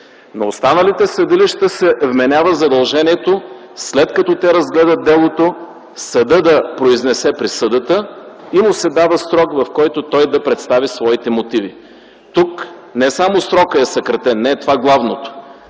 На останалите съдилища се вменява задължението след като те разгледат делото, съдът да произнесе присъдата и му се дава срок, в който той да представи своите мотиви. Тук не само срокът е съкратен – не е това главното,